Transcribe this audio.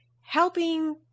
helping